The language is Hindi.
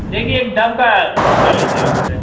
देखिए एक डव का नोट कर लीजिए उस पर